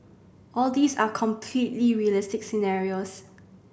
all these are completely realistic scenarios